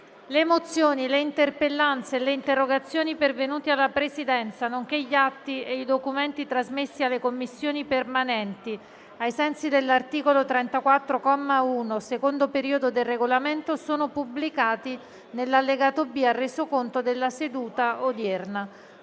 Le mozioni, le interpellanze e le interrogazioni pervenute alla Presidenza, nonché gli atti e i documenti trasmessi alle Commissioni permanenti ai sensi dell'articolo 34, comma 1, secondo periodo, del Regolamento sono pubblicati nell'allegato B al Resoconto della seduta odierna.